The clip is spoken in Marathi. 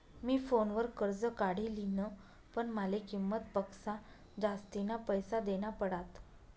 मी फोनवर कर्ज काढी लिन्ह, पण माले किंमत पक्सा जास्तीना पैसा देना पडात